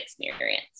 experience